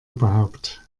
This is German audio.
überhaupt